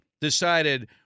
decided